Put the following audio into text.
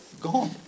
gone